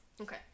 Okay